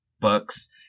books